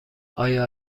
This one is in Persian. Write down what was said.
آیا